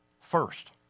first